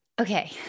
Okay